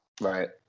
Right